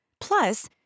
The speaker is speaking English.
Plus